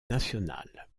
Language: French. national